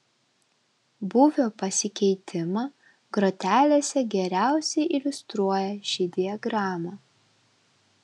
būvio pasikeitimą grotelėse geriausiai iliustruoja ši diagrama